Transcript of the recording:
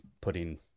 putting